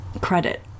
credit